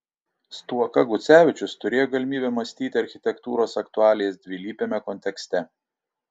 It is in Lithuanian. stuoka gucevičius turėjo galimybę mąstyti architektūros aktualijas dvilypiame kontekste